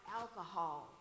alcohol